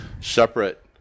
separate